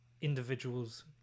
individuals